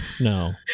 No